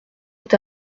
est